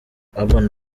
urban